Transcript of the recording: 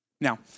Now